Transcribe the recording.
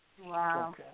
Wow